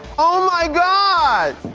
oh my god.